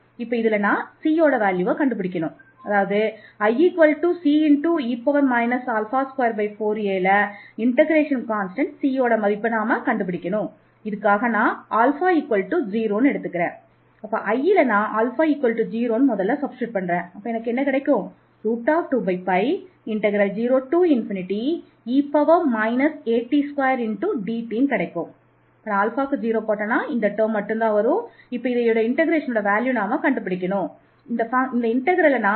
இரண்டாவது பகுதியில் இருந்து நமக்கு கிடைப்பது dIdα 2aI மேலே உள்ள ஆர்டர் 1 உள்ள ODEக்கு நாம் நேரடியாக தீர்வு கண்டு பிடிக்கலாம்